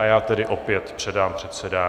A já tedy opět předám předsedání.